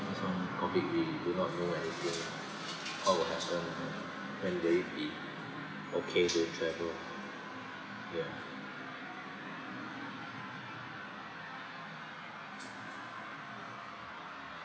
because of COVID we do not know anything what will happen you know when will it be okay to travel ya